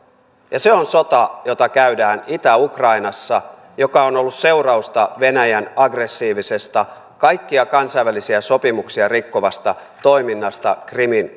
ja se on sota jota käydään itä ukrainassa ja joka on ollut seurausta venäjän aggressiivisesta kaikkia kansainvälisiä sopimuksia rikkovasta toiminnasta krimin